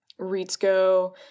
Ritsko